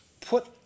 put